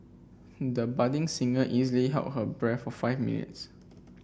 the budding singer easily held her breath for five minutes